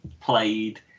played